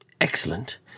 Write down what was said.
Excellent